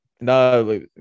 No